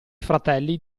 fratelli